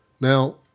Now